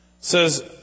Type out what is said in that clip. says